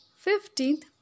Fifteenth